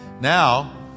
Now